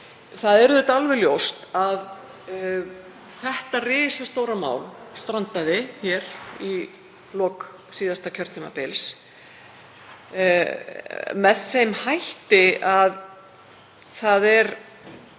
Það er alveg ljóst að þetta risastóra mál strandaði hér í lok síðasta kjörtímabils með þeim hætti að það er